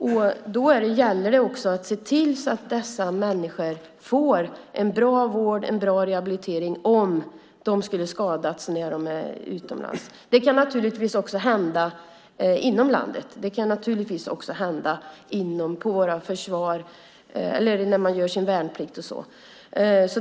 Då gäller det också att se till att dessa människor får en bra vård och en bra rehabilitering om de skulle skadas när de är utomlands. Det kan naturligtvis också hända inom landet när människor gör sin värnplikt.